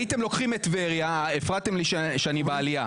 הייתם לוקחים את טבריה, הפרעתם לי כשאני בעלייה.